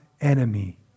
enemy